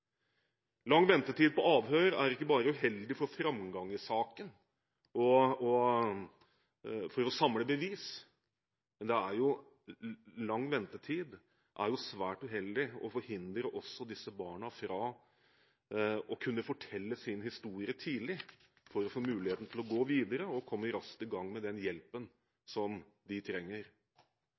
Lang ventetid på avhør er ikke bare uheldig for framgangen i saken og for å samle bevis. Lang ventetid er svært uheldig og forhindrer også disse barna fra å kunne fortelle sin historie tidlig for å få muligheten til å gå videre og komme raskt i gang med den hjelpen de trenger.